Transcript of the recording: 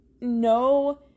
no